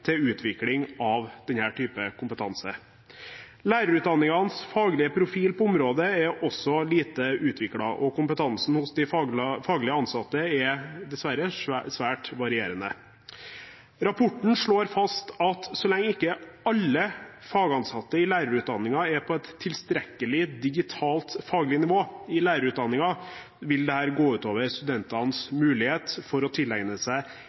til utvikling av denne type kompetanse. Lærerutdanningenes faglige profil på området er også lite utviklet, og kompetansen hos de faglig ansatte er dessverre svært varierende. Rapporten slår fast at så lenge ikke alle fagansatte i lærerutdanningene er på et tilstrekkelig «digitalt faglig nivå», vil dette gå ut over studentenes mulighet til å tilegne seg